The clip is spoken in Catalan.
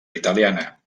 italiana